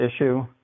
issue